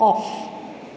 off